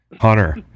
Hunter